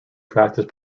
practice